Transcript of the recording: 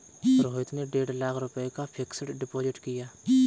रोहित ने डेढ़ लाख रुपए का फ़िक्स्ड डिपॉज़िट किया